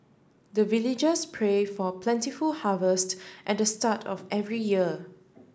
the villagers pray for plentiful harvest at the start of every year